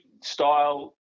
style